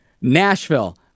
Nashville